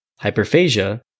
hyperphagia